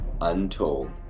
Untold